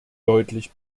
deutlich